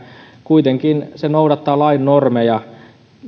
kuitenkin se noudattaa lain normeja